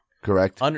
Correct